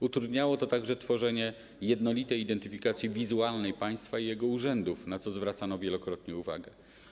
Utrudniało to także tworzenie jednolitej identyfikacji wizualnej państwa i jego urzędów, na co zwracano wielokrotnie uwagę.